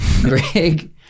Greg